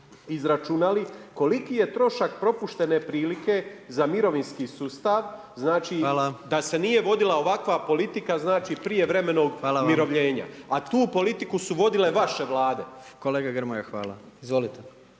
izračunali koliki je trošak propuštene prilike za mirovinski sustav, znači da se nije vodila ovakva politika, znači prije vremenog umirovljena. A tu politiku su vodile vaše vlade. **Jandroković, Gordan